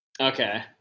Okay